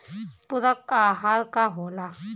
पुरक अहार का होला?